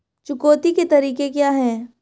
चुकौती के तरीके क्या हैं?